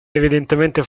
evidentemente